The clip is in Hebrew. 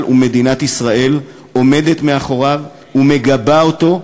ומדינת ישראל עומדים מאחוריהם ומגבים אותם,